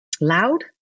loud